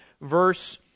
verse